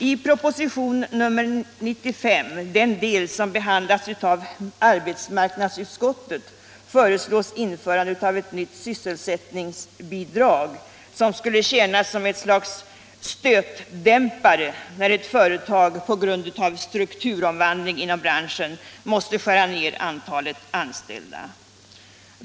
I proposition nr 95, den del som behandlats av arbetsmarknadsutskottet, föreslås införande av ett nytt sysselsättningsbidrag, som skulle tjäna som ett slags stötdämpare när ett företag på grund av strukturomvandling inom branschen måste skära ned antalet anställda.